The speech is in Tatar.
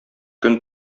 көн